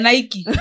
Nike